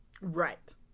Right